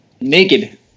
naked